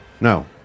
No